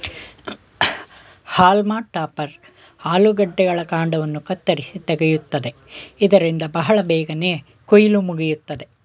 haulm topper ಆಲೂಗಡ್ಡೆಗಳ ಕಾಂಡವನ್ನು ಕತ್ತರಿಸಿ ತೆಗೆಯುತ್ತದೆ ಇದರಿಂದ ಬಹಳ ಬೇಗನೆ ಕುಯಿಲು ಮುಗಿಯುತ್ತದೆ